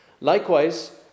Likewise